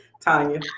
Tanya